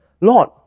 Lord